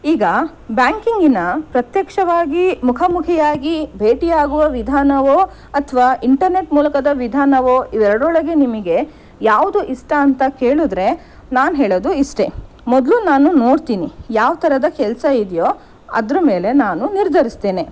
ಈಗ ಬ್ಯಾಂಕಿಂಗಿನ ಪ್ರತ್ಯಕ್ಷವಾಗಿ ಮುಖಾಮುಖಿಯಾಗಿ ಭೇಟಿಯಾಗುವ ವಿಧಾನವೋ ಅಥವಾ ಇಂಟರ್ನೆಟ್ ಮೂಲಕದ ವಿಧಾನವೋ ಇವೆರಡರೊಳಗೆ ನಿಮಗೆ ಯಾವುದು ಇಷ್ಟ ಅಂತ ಕೇಳಿದರೆ ನಾನು ಹೇಳೋದು ಇಷ್ಟೆ ಮೊದಲು ನಾನು ನೋಡ್ತೀನಿ ಯಾವ ಥರದ ಕೆಲಸ ಇದೆಯೋ ಅದರ ಮೇಲೆ ನಾನು ನಿರ್ಧರಿಸ್ತೇನೆ